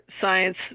science